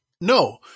No